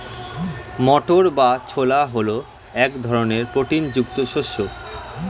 মটর বা ছোলা হল এক ধরনের প্রোটিন যুক্ত শস্য